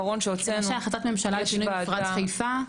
החלטת ממשלה על פינוי מפרץ חיפה,